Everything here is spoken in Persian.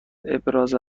ابراز